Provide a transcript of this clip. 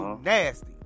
nasty